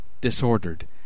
disordered